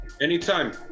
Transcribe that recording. Anytime